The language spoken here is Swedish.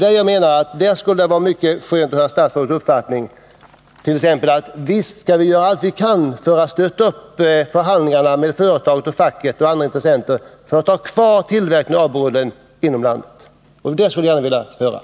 Det skulle vara skönt att höra statsrådet deklarera som sin uppfattning att visst skall vi göra allt vad vi kan för att stötta upp förhandlingarna mellan företaget, facket och andra intressenter för att ha kvar tillverkningen av ABU-rullen inom landet.